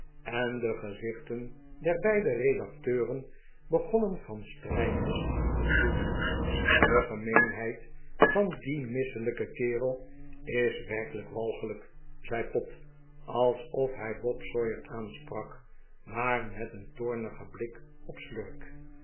en de gezichten der beide redacteuren begonnen van strijdlust te gloeien de gemeenheid vari dien misselijken kerel is werkelijk walgelijk zei pott alsof hij bob sawyer aansprak maar met een toornigen blik op slurk